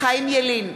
חיים ילין,